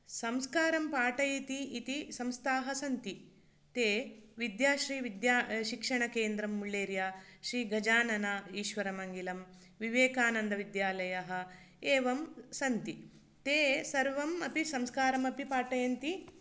संस्कारं पाठयन्ति इति संस्थाः सन्ति ते विद्याश्रीविद्या शिक्षणकेन्द्रं मुल्लेर्य श्री गजानन ईश्वरमङ्गिलं विवेकानन्दविद्यालयः एवं सन्ति ते सर्वम् अपि संस्कारमपि पाठयन्ति